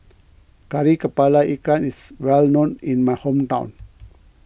Kari Kepala Ikan is well known in my hometown